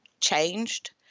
changed